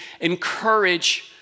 encourage